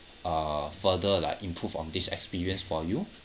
uh further like improve on this experience for you